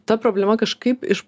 ta problema kažkaip iš